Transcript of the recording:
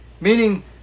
Meaning